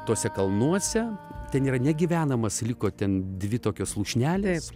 tuose kalnuose ten yra negyvenamas liko ten dvi tokios lūšnelės